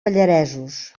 pallaresos